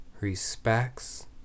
respects